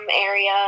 area